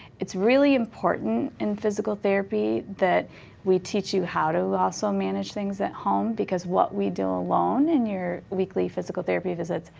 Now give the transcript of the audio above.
it's really important in physical therapy that we teach you how to also manage things at home. because what we do alone in your weekly physical therapy visits,